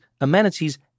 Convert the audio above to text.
amenities